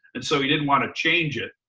and so he didn't wanna change it.